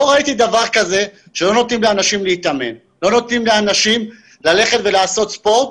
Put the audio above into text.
לא ראיתי דבר כזה שלא נותנים לאנשים להתאמן ולעשות ספורט.